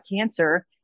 cancer